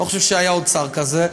אני לא חושב שהיה עוד שר כזה.